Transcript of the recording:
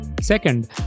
Second